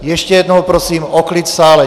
Ještě jednou prosím o klid v sále!